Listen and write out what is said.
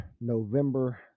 November